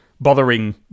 bothering